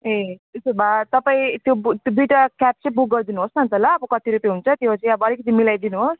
ए त्यसो भए तपाईँ त्यो त्यो दुइवटा क्याब चाहिँ बुक गरिदिनु होस् न अन्त ल अब कति रुप्पे हुन्छ त्यो त्यहाँ अब अलिकति मिलाइदिनु होस्